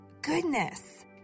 goodness